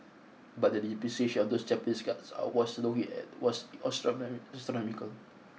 but the depreciation of those Japanese cars I was looking at was astronomic astronomical